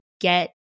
get